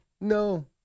No